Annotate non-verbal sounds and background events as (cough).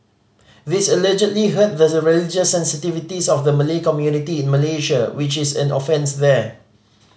this allegedly hurt the (unintelligible) religious sensitivities of the Malay community in Malaysia which is an offence there